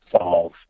solve